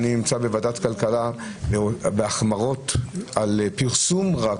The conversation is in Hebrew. אני נמצא בוועדת הכלכלה, והחמרות על פרסום רק